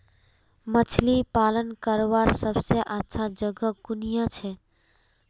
मछली पालन करवार सबसे अच्छा जगह कुनियाँ छे?